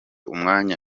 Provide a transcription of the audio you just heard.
umwanya